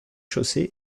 chaussée